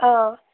অঁ